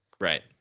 Right